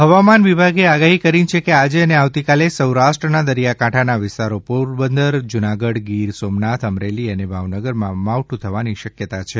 હવામાન હવામાન વિભાગે આગાહી કરી છે કે આજે અને આવતીકાલે સૌરાષ્ટ્રના દરિયાકાંઠાનાં વિસ્તારો પોરબંદર જૂનાગઢ ગીર સોમનાથ અમરેલી અને ભાવનગરમાં માવઠ થવાની શક્યતા છે